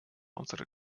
unserer